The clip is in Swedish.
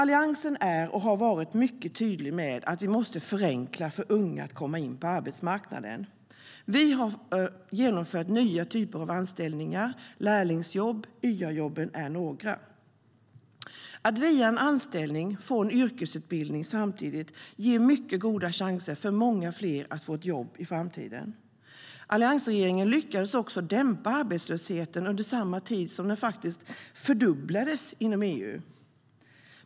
Alliansen är och har varit mycket tydlig med att vi måste förenkla för unga att komma in på arbetsmarknaden. Lärlingsjobb och YA-jobb är ett par.